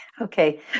Okay